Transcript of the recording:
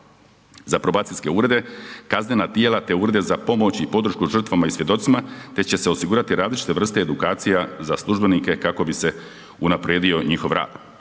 za probacijske urede, kaznena tijela te urede za pomoć i podršku žrtvama i svjedocima te će se osigurati različite vrste edukacija za službenike kako bi se unaprijedio njihov rad.